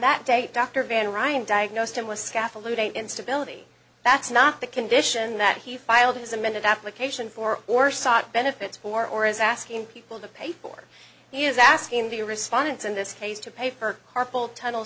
that date dr van ryan diagnosed him with scaffolding and stability that's not the condition that he filed his amended application for or sought benefits for or is asking people to pay for he is asking the respondents in this case to pay for carpal tunnel